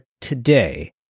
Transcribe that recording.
today